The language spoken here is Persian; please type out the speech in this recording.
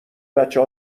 بچه